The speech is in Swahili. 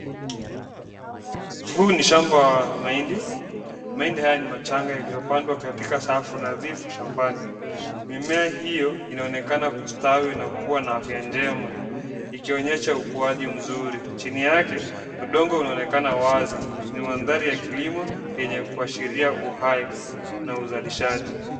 Huu ni shamba wa mahindi, mahindi haya ni machanga iliyo pandwa katika safu nadhifu shambani, mimea hiyo inaonekana kustawi na kuwa na afya njema. Ikionyesha ukuaji mzuri, chini yake udongo unaonekana wazi, ni mandhari ya kilimo yenye kuashiria uhai na uzalishaji.